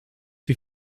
wie